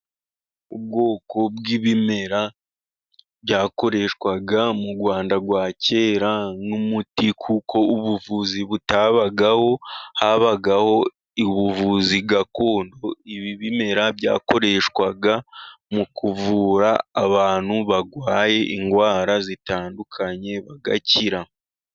Ubwoko bw'ibimera byakoreshwaga mu Rwanda rwa kera nk'umuti, kuko ubuvuzi butabagaho habagaho ubuvuzi gakondo, ibi bimera byakoreshwaga mu kuvura abantu barwaye indwara zitandukanye bagakira.